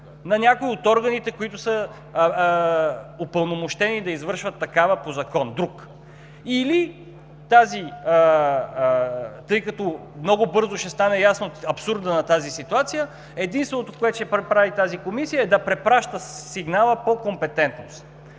на някой от органите, упълномощени да извършват такава по друг закон. Или, тъй като много бързо ще стане ясен абсурдът на тази ситуация, единственото, което ще прави тази комисия, е да препраща сигнала по компетентност.